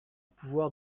pouvoir